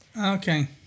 Okay